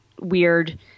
weird